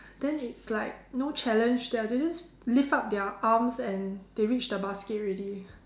then it's like no challenge they are just lift up their arms and they reach the basket already